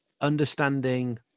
understanding